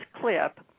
clip